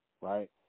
right